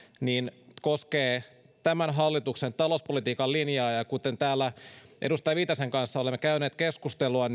koskee tämän hallituksen talouspolitiikan linjaa edustaja viitasen kanssa olemme käyneet keskustelua